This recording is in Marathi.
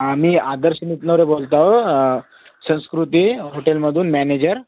हां मी आदर्श नितनवरे बोलत आहे संस्कृती हॉटेलमधून मॅनेजर